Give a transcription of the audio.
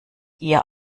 ihr